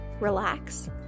relax